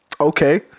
okay